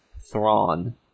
Thrawn